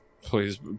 please